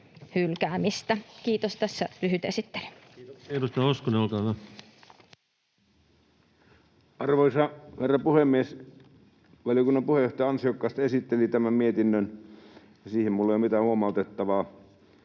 muuttamisesta Time: 16:50 Content: Arvoisa herra puhemies! Valiokunnan puheenjohtaja ansiokkaasti esitteli tämän mietinnön, ja siihen minulla ei ole mitään huomautettavaa.